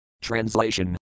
Translation